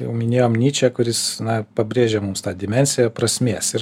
jau minėjom nyčę kuris na pabrėžė mums tą dimensiją prasmės ir